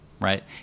right